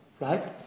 Right